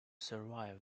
survive